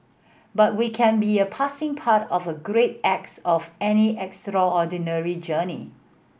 but we can be a passing part of the great acts of any extraordinary journey